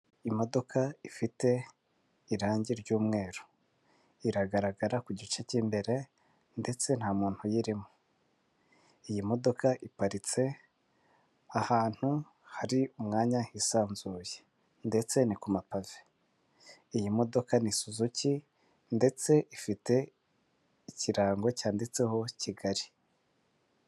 Imodoka ifite irangi ry'umweru. Iragaragara ku gice cy'imbere ndetse nta muntu uyirimo. Iyi modoka iparitse ahantu hari umwanya hisanzuye. Ndetse ni ku mapave. Iyi modoka ni suzuki ndetse ifite ikirango cyanditseho Kigali.